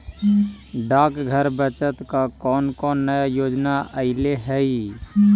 डाकघर बचत का कौन कौन नया योजना अइले हई